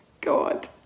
God